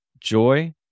Joy